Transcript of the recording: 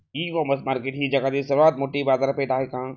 इ commerce market ही जगातील सर्वात मोठी बाजारपेठ आहे का?